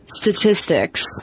Statistics